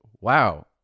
wow